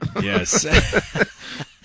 Yes